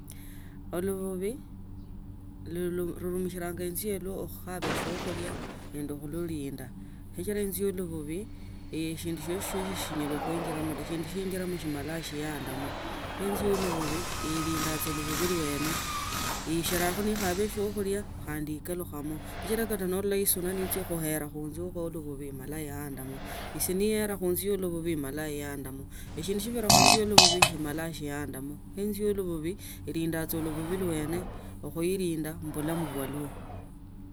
Olububi lurumisha enzu iyo khukhaba siokhulia nende bulolinda sichira khuijiramo taa. Sindu sijiramo simala shiandamo kho enzu ya ulububi ilinda saa lubabi lubabi lwene ishira ni khaba shokhulia khande ikalu khamo sichila kata nalola isuna nechia khuela munzu mwa olububi mno imala iandamo esi neyara khunzu ya olububi imala iyandamo eshindu shibira khunzu ya lububi shimala shiandamo kho enzu ya lubulbi ilinda sa lububi lwene khuilindu mu bulamu bwato.